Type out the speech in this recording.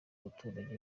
abaturage